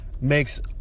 makes